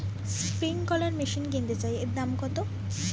Sprinkler machine কিনতে চাই এর দাম কত?